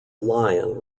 lion